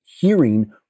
hearing